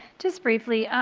just briefly,